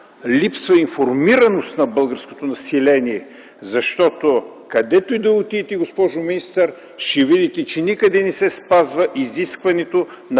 липсва информираност на българското население, защото където и да отидете, госпожо министър, ще видите, че никъде не се спазва изискването на